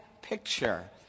picture